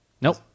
Nope